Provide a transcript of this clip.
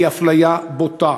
היא אפליה בוטה,